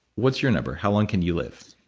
what's your number? how long can you live?